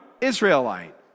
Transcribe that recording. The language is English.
Israelite